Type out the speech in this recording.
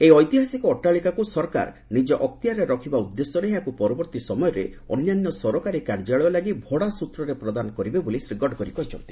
ଏହି ଐତିହାସିକ ଅଟ୍ଟାଳିକାକୁ ସରକାର ନିଜ ଅକ୍ତିଆରରେ ରଖିବା ଉଦ୍ଦେଶ୍ୟରେ ଏହାକୁ ପରବର୍ତ୍ତୀ ସମୟରେ ଅନ୍ୟାନ୍ୟ ସରକାରୀ କାର୍ଯ୍ୟାଳୟ ଲାଗି ଭଡ଼ା ସୂତ୍ରରେ ପ୍ରଦାନ କରାଯିବ ବୋଲି ଶ୍ରୀ ଗଡ଼କରୀ କହିଚ୍ଛନ୍ତି